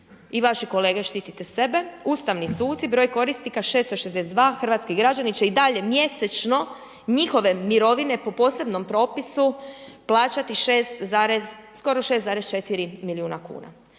i vaši kolege štitite sebe, ustavni suci, broj korisnika 662, hrvatski građani će i dalje mjesečno njihove mirovine po posebnom propisu plaćati skoro 6,4 milijuna kuna.